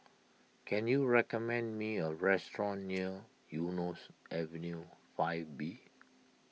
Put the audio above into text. can you recommend me a restaurant near Eunos Avenue five B